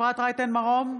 אפרת רייטן מרום,